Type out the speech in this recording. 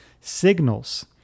signals